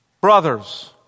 Brothers